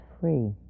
free